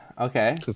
Okay